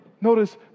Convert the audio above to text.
notice